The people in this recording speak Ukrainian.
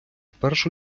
першу